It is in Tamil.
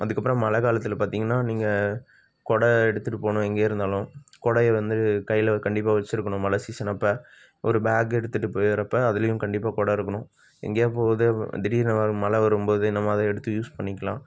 அதுக்கப்புறம் மழை காலத்தில் பார்த்தீங்கன்னா நீங்கள் குடை எடுத்துகிட்டு போகணும் எங்கே இருந்தாலும் குடைய வந்து கையில் கண்டிப்பாக வச்சுருக்கணும் மழை சீசனப்போ ஒரு பேக் எடுத்துகிட்டு போகிறப்ப அதுலேயும் கண்டிப்பாக குடை இருக்கணும் எங்கேயா போது திடீரெனு ம மழை வரும் போது இந்த மாதிரி எடுத்து யூஸ் பண்ணிக்கிலாம்